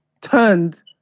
turned